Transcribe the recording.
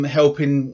helping